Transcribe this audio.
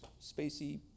spacey